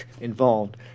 involved